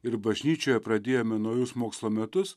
ir bažnyčioje pradėjome naujus mokslo metus